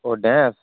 ଓ dance